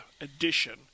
edition